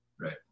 Right